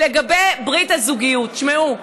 לגבי ברית הזוגיות, תשמעו,